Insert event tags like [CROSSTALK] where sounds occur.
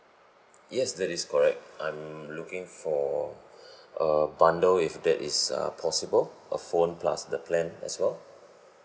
yes that is correct I'm looking for [BREATH] a bundle if that is uh possible a phone plus the plan as well